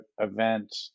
event